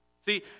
See